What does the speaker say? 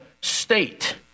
state